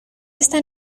esta